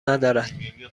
ندارد